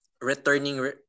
returning